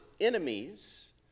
enemies